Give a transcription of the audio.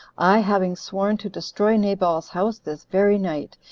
i having sworn to destroy nabal's house this very night,